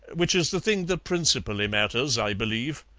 which is the thing that principally matters, i believe.